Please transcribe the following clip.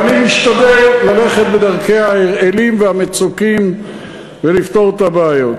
ואני משתדל ללכת בדרכי אראלים ומצוקים ולפתור את הבעיות.